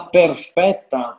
perfetta